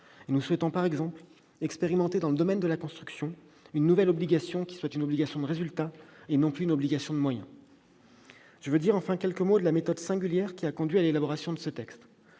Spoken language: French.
nous souhaitons, par exemple, expérimenter dans le domaine de la construction une nouvelle obligation qui soit une obligation de résultat et non plus une obligation de moyens. Je veux dire maintenant quelques mots de la méthode singulière qui a conduit à l'élaboration de ce texte.